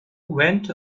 went